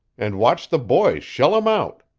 and watched the boys shell em out!